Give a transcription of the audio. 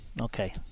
okay